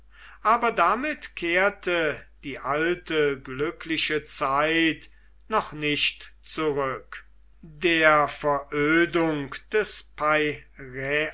aber damit kehrte die alte glückliche zeit noch nicht zurück der verödung des